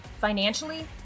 financially